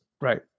Right